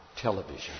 television